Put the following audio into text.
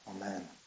Amen